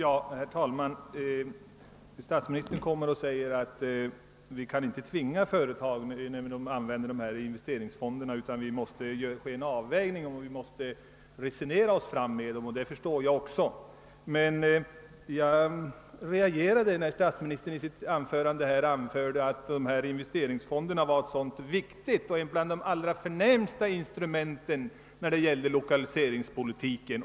Herr talman! Statsministern säger att regeringen inte kan tvinga företagen när dessa använder investeringsfonderna utan att man måste resonera sig fram med dem för att få en avvägning till stånd. Detta förstår också jag. Men jag reagerade när statsministern i sitt anförande här anförde att investeringsfonderna var ett så viktigt instrument, ett av de allra förnämsta när det gällde lokaliseringspolitiken.